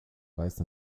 weist